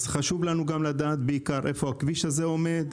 אז חשוב לנו לדעת בעיקר איפה הכביש הזה עומד,